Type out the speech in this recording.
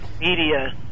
media